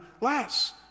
less